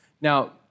Now